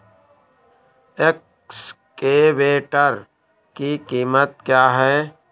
Excavator की कीमत क्या है?